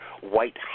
White